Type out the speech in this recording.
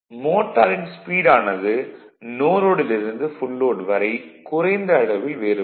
மோட்டாரின் ஸ்பீடு ஆனது நோ லோடில் இருந்து ஃபுல் லோட் வரை குறைந்த அளவில் வேறுபடும்